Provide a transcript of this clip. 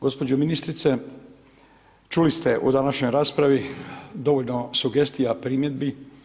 Gospođo ministrice čuli ste u današnjoj raspravi dovoljno sugestija, primjedbi.